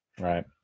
Right